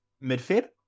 mid-Feb